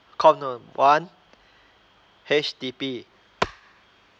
call number one H_D_B